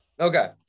Okay